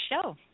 show